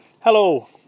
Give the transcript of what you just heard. Hello